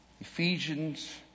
Ephesians